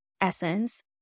essence